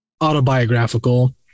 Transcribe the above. autobiographical